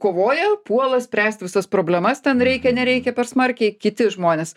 kovoja puola spręsti visas problemas ten reikia nereikia per smarkiai kiti žmonės